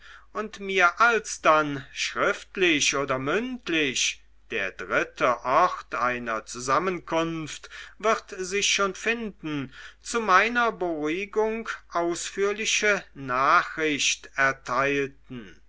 und mir alsdann schriftlich oder mündlich der dritte ort einer zusammenkunft wird sich schon finden zu meiner beruhigung ausführliche nachricht erteilten